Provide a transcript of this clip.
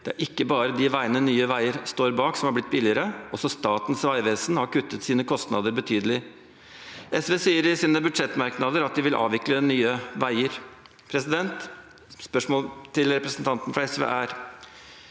Det er ikke bare de veiene Nye veier står bak som har blitt billigere, også Statens vegvesen har kuttet sine kostnader betydelig. SV sier i sine budsjettmerknader at de vil avvikle Nye veier. Spørsmålet til representanten fra SV er: